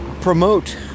promote